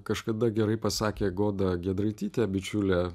kažkada gerai pasakė goda giedraitytė bičiulė